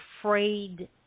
afraid